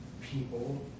people